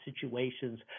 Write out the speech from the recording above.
situations